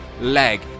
leg